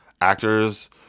actors